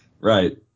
right